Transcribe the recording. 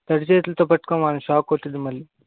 తడి చేతులతో పట్టుకోమాక షాక్ కొడుతుంది మళ్ళీ